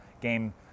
game